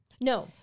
No